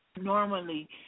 normally